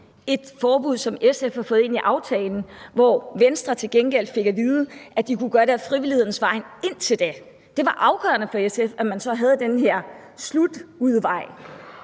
et forbud, som SF har fået ind i aftalen, hvor Venstre til gengæld fik at vide, at de kunne gøre det ad frivillighedens vej indtil da. Det var afgørende for SF, at man så havde den her udvej